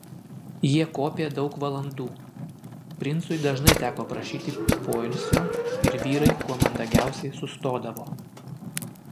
jie kopė daug valandų princui dažnai teko prašyti poilsio ir vyrai kuo mandagiausiai sustodavo